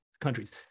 countries